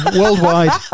worldwide